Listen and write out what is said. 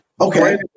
Okay